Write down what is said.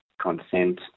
consent